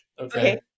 Okay